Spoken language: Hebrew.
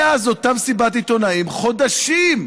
מאז אותה מסיבת עיתונאים, חודשים,